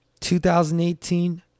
2018